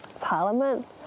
Parliament